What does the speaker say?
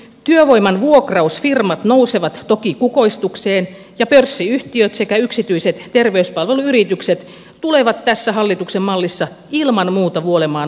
työvoiman vuokrausfirmat nousevat toki kukoistukseen ja pörssiyhtiöt sekä yksityiset terveyspalveluyritykset tulevat tässä hallituksen mallissa ilman muuta vuolemaan voitot